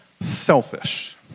Selfish